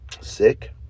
sick